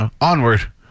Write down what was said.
Onward